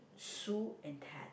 Sue and Ted